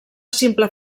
simple